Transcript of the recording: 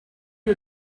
you